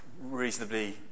reasonably